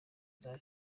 bihari